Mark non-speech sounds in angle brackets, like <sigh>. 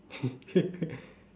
<laughs>